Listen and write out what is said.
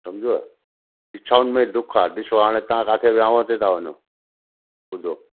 समुझयुव इच्छाउनि में दुखु आहे ॾिसो हाणे तव्हां किथे वियाव ते त वञो ॿुधो